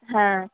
হ্যাঁ